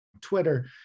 Twitter